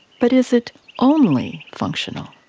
but is it only functional?